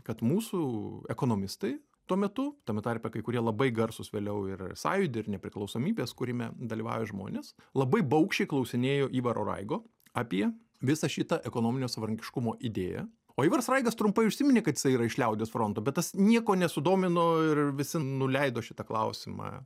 kad mūsų ekonomistai tuo metu tame tarpe kai kurie labai garsūs vėliau ir sąjūdy ir nepriklausomybės kūrime dalyvavę žmonės labai baugščiai klausinėjo ivaro raigo apie visą šitą ekonominio savarankiškumo idėją o ivaras raigas trumpai užsiminė kad jisai yra iš liaudies fronto bet tas nieko nesudomino ir visi nuleido šitą klausimą